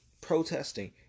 protesting